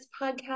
podcast